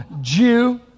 Jew